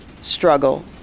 struggle